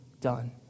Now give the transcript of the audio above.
done